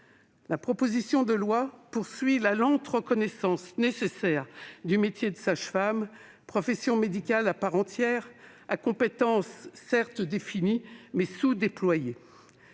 La proposition de loi poursuit la lente mais nécessaire reconnaissance du métier de sage-femme, profession médicale à part entière, à compétences définies mais sous-déployées.